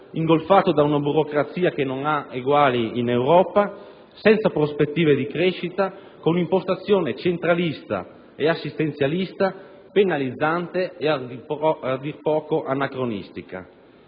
ingolfato da una burocrazia che non ha eguali in Europa, senza prospettive di crescita e con un'impostazione centralista e assistenzialista penalizzante e a dir poco anacronistica.